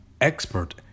expert